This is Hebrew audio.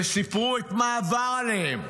וסיפרו מה עבר עליהם.